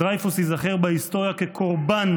ודרייפוס ייזכר בהיסטוריה כקורבן